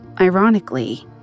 Ironically